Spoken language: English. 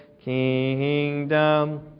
kingdom